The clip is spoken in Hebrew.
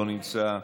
לא נמצא,